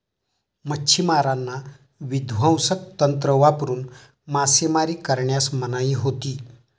मच्छिमारांना विध्वंसक तंत्र वापरून मासेमारी करण्यास मनाई होती